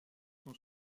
sont